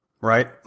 right